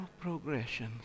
progression